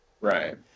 Right